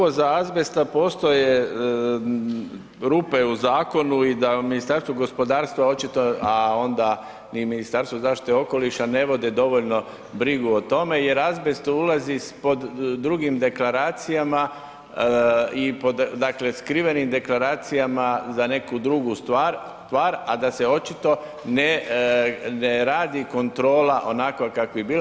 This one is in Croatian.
Očito da kod uvoza azbesta postoje rupe u zakonu i da u Ministarstvo gospodarstva očito, a onda ni u Ministarstvu zaštite okoliša ne vode dovoljno brigu o tome jer azbest ulazi pod drugim deklaracijama i pod, dakle skrivenim deklaracijama za neku drugu stvar, a da se očito ne radi kontrola onakva kakva je bila.